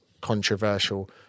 controversial